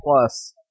Plus